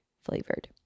flavored